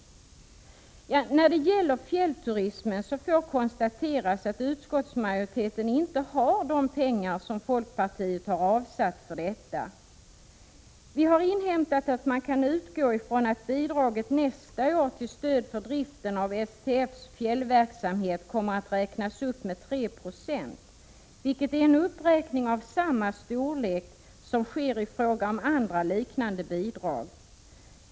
Ja, när det gäller fjällturismen kan konstateras att utskottsmajoriteten inte har de pengar som folkpartiet har avsatt för detta. Vi har inhämtat att man kan utgå ifrån att bidraget nästa år till stöd för driften av STF:s fjällverksamhet kommer att räknas upp med 3 96, vilket är en uppräkning av samma storlek som sker i fråga om andra liknande bidrag.